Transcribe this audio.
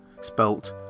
spelt